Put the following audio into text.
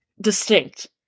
distinct